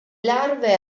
larve